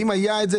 אם היה את זה,